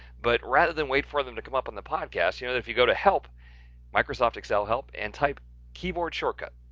but rather than wait for them to come up on the podcast you know, if you go to help microsoft excel help and type keyboard shortcut,